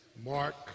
Mark